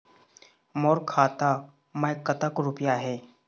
मोर खाता मैं कतक रुपया हे?